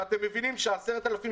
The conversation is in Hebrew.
אתם מבינים ש-10,000 שקלים,